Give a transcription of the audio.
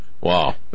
Wow